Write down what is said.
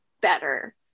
better